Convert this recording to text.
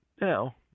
Now